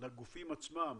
לגופים עצמם